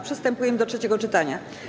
Przystępujemy do trzeciego czytania.